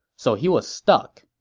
so he was stuck.